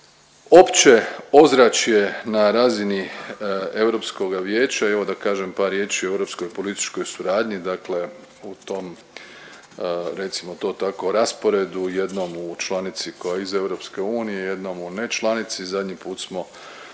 Opće ozračje na razini Europskoga vijeća, evo da kažem par riječi o europskoj političkoj suradnji, dakle u tom recimo to tako rasporedu, jednom u članici koja je u EU, jednom u ne članici, zadnji put smo